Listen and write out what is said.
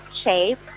shape